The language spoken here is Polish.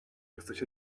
jesteś